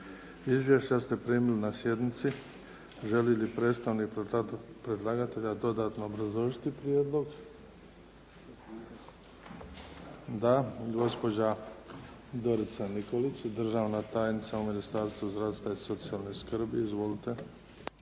Izvješća ste primili na sjednici. Želi li predstavnik predlagatelja dodatno obrazložiti prijedlog? Da. Gospođa Dorica Nikolić, državna tajnica u Ministarstvu zdravstva i socijalne skrbi. Izvolite.